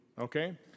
okay